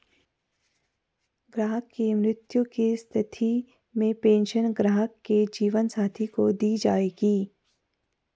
ग्राहक की मृत्यु की स्थिति में पेंशन ग्राहक के जीवन साथी को दी जायेगी